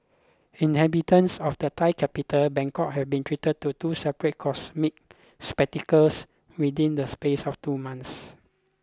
inhabitants of the Thai capital Bangkok have been treated to two separate cosmic spectacles within the space of two months